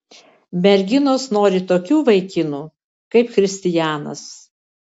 merginos nori tokių vaikinų kaip christijanas